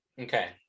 Okay